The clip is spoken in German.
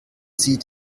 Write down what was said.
sie